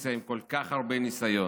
מהאופוזיציה עם כל כך הרבה ניסיון,